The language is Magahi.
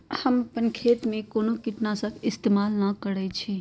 हम अपन खेत में कोनो किटनाशी इस्तमाल न करई छी